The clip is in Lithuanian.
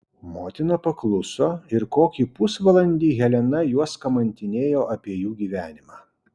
motina pakluso ir kokį pusvalandį helena juos kamantinėjo apie jų gyvenimą